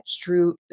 true